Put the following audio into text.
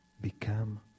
become